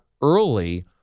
early